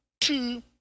two